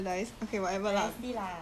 dynasty lah